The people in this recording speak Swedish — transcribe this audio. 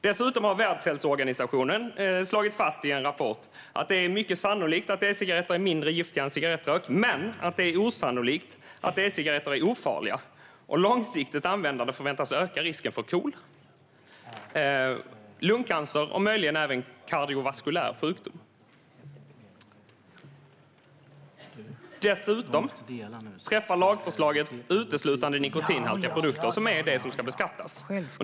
Dessutom har Världshälsoorganisationen slagit fast i en rapport att det är mycket sannolikt att e-cigaretter är mindre giftiga än cigarettrök, men att det är osannolikt att e-cigaretter är ofarliga och att långsiktigt användande förväntas öka risken för KOL, lungcancer och möjligen även kardiovaskulär sjukdom. Lagförslaget träffar dessutom uteslutande nikotinhaltiga produkter, som är de som ska beskattas.